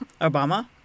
Obama